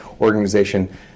organization